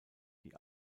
die